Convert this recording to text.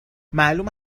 معلوم